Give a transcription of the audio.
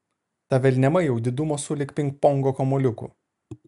ta velniava jau didumo sulig pingpongo kamuoliuku